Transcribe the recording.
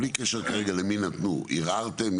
בלי קשר כרגע למי נתנו ערערתם?